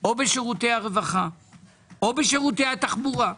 או בשירותי הרווחה או בשירותי התחבורה,